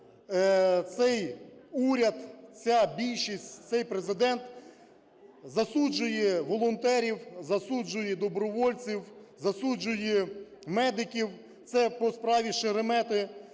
цей уряд, ця більшість, цей Президент засуджує волонтерів, засуджує добровольців, засуджує медиків – це по справі Шеремета.